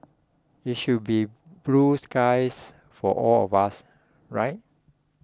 it should be blue skies for all of us right